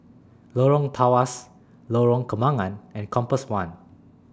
Lorong Tawas Lorong Kembangan and Compass one